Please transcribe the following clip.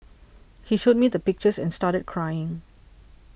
he showed me the pictures and started crying